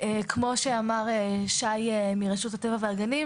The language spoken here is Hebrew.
כמו שאמר שי מרשות הטבע והגנים,